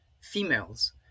females